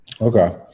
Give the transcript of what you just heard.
Okay